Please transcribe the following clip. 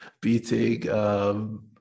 beating